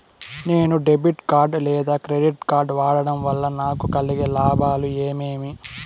నేను debit card లేదా credit card వాడడం వల్ల నాకు కలిగే లాభాలు ఏమేమీ?